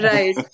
Right